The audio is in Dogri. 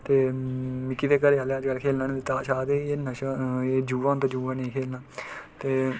ते मिगी ते कदें खेलना गै नेईं दित्ता ताश एह् नशा जुआ होंदा ते जुआ नेईं खेलना ते